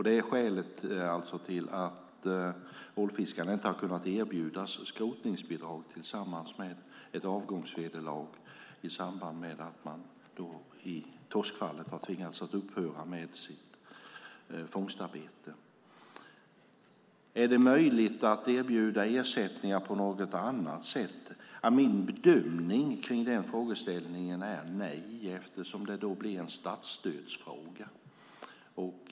Det är alltså skälet till att ålfiskarna inte har kunnat erbjudas skrotningsbidrag tillsammans med ett avgångsvederlag i samband med att man, som i torskfallet, har tvingats upphöra med sitt fångstarbete. Är det möjligt att erbjuda ersättningar på något annat sätt? Min bedömning är att svaret på den frågan är nej eftersom det då blir en statsstödsfråga.